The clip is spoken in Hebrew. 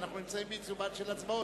כי אנחנו נמצאים בעיצומן של הצבעות,